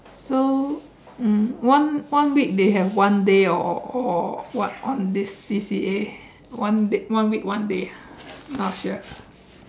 so uh one way they have one way all on this C_C_A one way one day